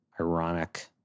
ironic